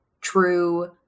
true